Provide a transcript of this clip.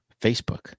Facebook